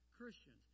Christians